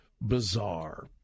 bizarre